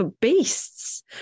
beasts